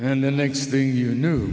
and the next thing you knew